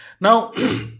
now